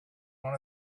one